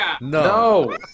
No